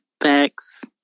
Thanks